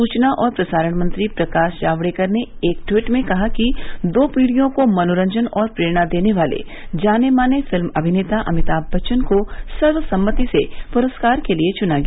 सूचना और प्रसारण मंत्री प्रकाश जावड़ेकर ने एक ट्वीट में कहा कि दो पीढ़ियों को मनोरंजन और प्रेरणा देने वाले जाने माने फिल्म अभिनेता अभिताभ बच्चन को सर्वसम्मति से पुरस्कार के लिए चुना गया